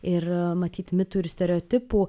ir matyt mitų ir stereotipų